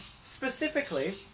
Specifically